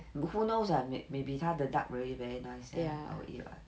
who knows ah maybe 他的 duck really very nice leh I will eat [what]